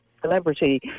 celebrity